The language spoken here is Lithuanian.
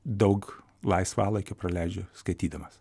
daug laisvalaikio praleidžiu skaitydamas